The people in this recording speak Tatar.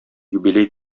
юбилей